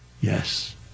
Yes